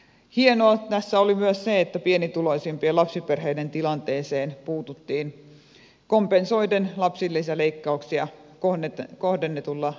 hienoa tässä oli myös se että pienituloisimpien lapsiperheiden tilanteeseen puututtiin kompensoiden lapsilisäleikkauksia kohdennetulla lapsivähennyksellä